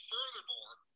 Furthermore